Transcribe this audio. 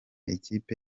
ikipe